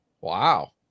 Wow